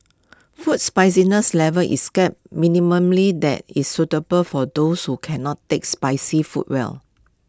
food spiciness level is kept that is suitable for those who cannot take spicy food well